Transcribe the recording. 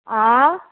आँ